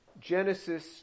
Genesis